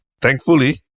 thankfully